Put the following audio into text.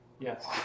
Yes